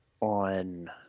on